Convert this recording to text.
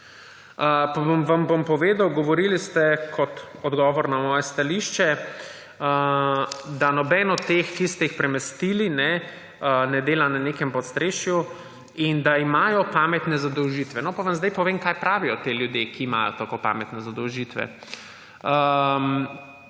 vam bom povedal. Govorili ste kot odgovor na moje stališče, da nobeden od teh, ki ste jih premestili, ne dela na nekem podstrešju in da imajo pametne zadolžitve. No, pa vam zdaj povem, kaj pravijo ti ljudje, ki imajo tako pametne zadolžitve.